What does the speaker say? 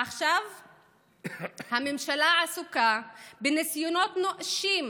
עכשיו הממשלה עסוקה בניסיונות נואשים